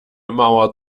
mauer